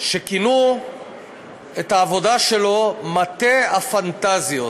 שכינו את העבודה שלו "מטה הפנטזיות".